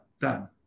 done